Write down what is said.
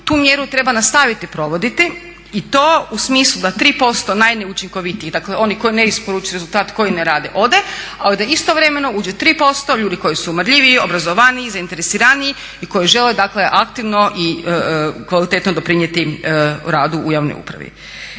tu mjeru treba nastaviti provoditi i to u smislu da 3% najneučinkovitijih dakle onih koji ne isporučuju rezultat i koji ne rade ode, a da istovremeno uđe 3% ljudi koji su marljiviji, obrazovaniji, zainteresiraniji i koji žele dakle aktivno i kvalitetno doprinijeti radu u javnoj upravi.